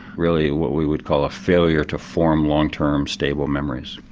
really what we would call a failure to form long term stable memories.